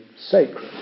sacred